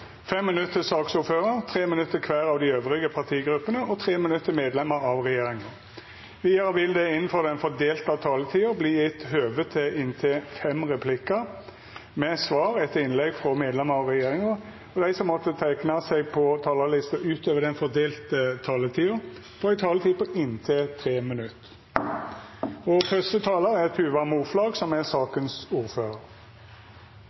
minutt til saksordføraren, 3 minutt til kvar av dei andre partigruppene og 3 minutt til medlemer av regjeringa. Vidare vil det – innanfor den fordelte taletida – verta gjeve høve til inntil fem replikkar med svar etter innlegg frå medlemer av regjeringa, og dei som måtte teikna seg på talarlista utover den fordelte taletida, får ei taletid på inntil 3 minutt. Dette er den syvende meldingen om kvalitet- og